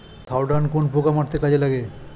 Thiodan কোন পোকা মারতে কাজে লাগে?